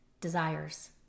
desires